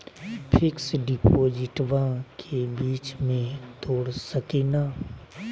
Fix डिपोजिटबा के बीच में तोड़ सकी ना?